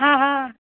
हँ हँ